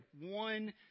one